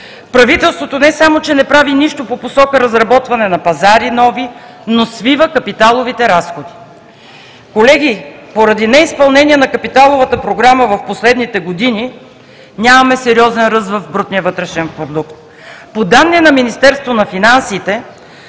Правителството не само че не прави нищо по посока разработването на нови пазари, но свива капиталовите разходи. Колеги, поради неизпълнение на капиталовата програма в последните години нямаме сериозен ръст в брутния вътрешен продукт. По данни на Министерството на финансите